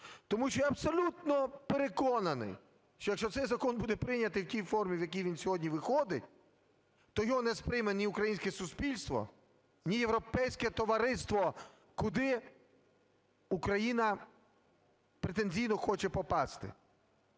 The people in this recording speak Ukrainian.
Тому що я абсолютно переконаний, що якщо цей закон буде прийнятий в тій формі, в якій він сьогодні виходить, то його не сприйме ні українське суспільство, ні європейське товариство, куди Україна претензійно хоче попасти,